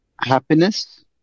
happiness